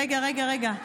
רגע רגע רגע,